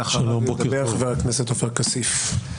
ואחריו ידבר חבר הכנסת עופר כסיף.